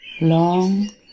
long